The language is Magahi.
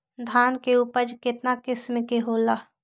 धान के उपज केतना किस्म के होला?